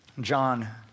John